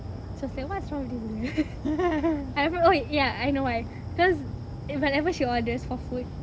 she was like what's wrong with this girl I haven't oh ya I know why because if whatever she orders for food